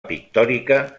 pictòrica